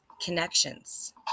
connections